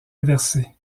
inversées